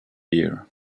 year